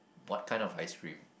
what kind of ice cream